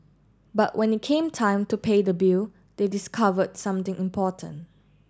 but when it came time to pay the bill they discovered something important